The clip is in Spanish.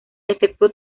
efectuó